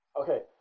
Okay